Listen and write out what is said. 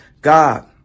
God